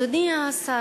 אדוני השר,